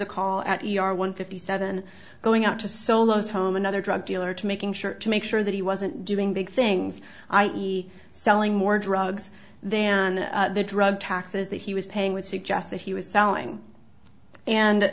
a call at one fifty seven going out to so most home another drug dealer to making sure to make sure that he wasn't doing big things i e selling more drugs than the drug taxes that he was paying would suggest that he was selling and